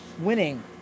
winning